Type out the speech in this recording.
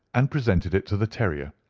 and presented it to the terrier.